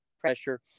pressure